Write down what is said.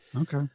okay